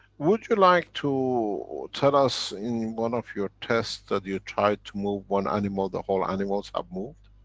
would you like to tell us in one of your tests that you tried to move one animal, the whole animals have moved?